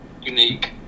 unique